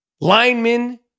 linemen